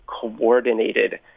coordinated